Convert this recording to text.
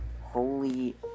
holy